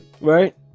Right